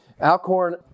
Alcorn